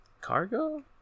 cargo